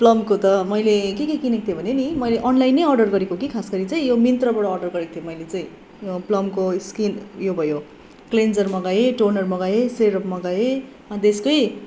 प्लमको त मैले के के किनेको थिएँ भने नि मैले अनलाइन अर्डर गरेको कि खास गरी चाहिँ यो मिन्त्रबाट अर्डरबाट गरेको थिएँ मैले चाहिँ प्लमको स्किन यो भयो क्लेन्सर मगाएँ टोनर मगाएँ सेरम मगाएँ अन्त यसकै